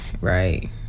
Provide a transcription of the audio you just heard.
right